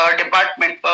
department